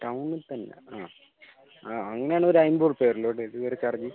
ടൗണിൽ തന്നെ അ അങ്ങനെ ആണെങ്കിൽ ഒരു അമ്പത് രൂപയെ വരികയുള്ളു കേട്ടോ ഡെലിവറി ചാർജ്